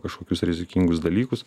kažkokius rizikingus dalykus